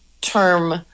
term